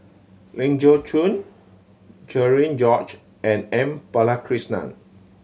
Ling Geok Choon Cherian George and M Balakrishnan